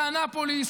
באנאפוליס,